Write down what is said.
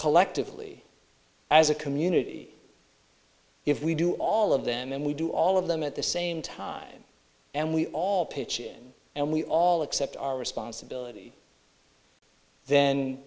collectively as a community if we do all of them and we do all of them at the same time and we all pitch in and we all accept our responsibility then